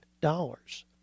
dollars